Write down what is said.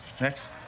Next